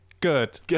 Good